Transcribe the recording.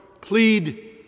plead